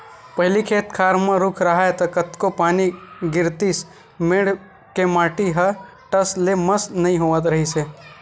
पहिली खेत खार म रूख राहय त कतको पानी गिरतिस मेड़ के माटी ह टस ले मस नइ होवत रिहिस हे